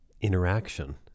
interaction